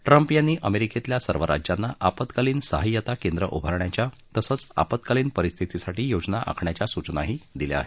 Trump यांनी अमेरिकेतल्या सर्व राज्यांना आपत्कालीन सहायता केंद्र उभारण्याच्या तसं आपत्कालीन परिस्थितीसाठी योजना आखण्याच्या सूचनाही दिल्या आहेत